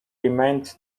remained